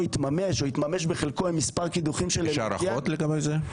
יתממש או יתממש בחלקו עם מספר קידוחים של --- יש הערכות לגבי זה?